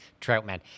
Troutman